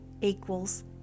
equals